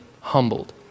humbled